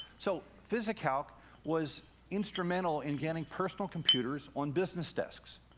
so, visicalc was instrumental in getting personal computers on business desks.